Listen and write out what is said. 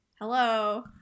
Hello